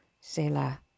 Selah